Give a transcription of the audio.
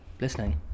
listening